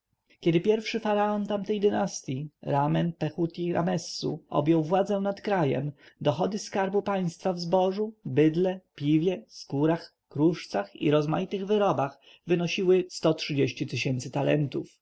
kiedy pierwszy faraon tamtej dynastji ramenpehuti ramessu objął władzę nad krajem dochody skarbu państwa w zbożu bydle piwie skórach kruszcach i rozmaitych wyrobach wynosiły sto trzydzieści tysięcy talentów